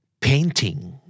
Painting